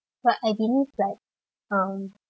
but I didn't like um